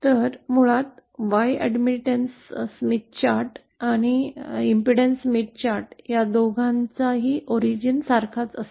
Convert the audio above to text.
तर मूळ admittance Smith chart तसेच इम्पेडन्स स्मिथ चार्ट या दोहोंसाठी जुळण्यासारखे आहे